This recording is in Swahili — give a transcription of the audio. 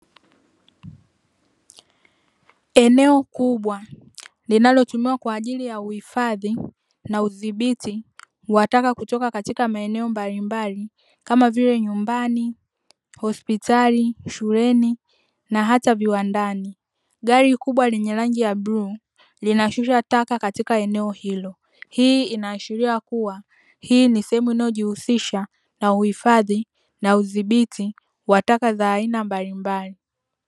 Eneo kubwa linalotumiwa kwa ajili ya uhifadhi na udhibiti wa taka kutoka katika maeneo mbalimbali kama vile nyumbani, hospitali shuleni na hata viwandani. Gari kubwa lenye rangi ya bluu linashusha taka katika eneo hilo. Hii inaashiria kuwa hii ni sehemu inayojihusisha na uhifadhi na udhibiti wa taka za aina mbalimbali.